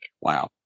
Wow